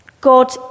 God